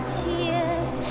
tears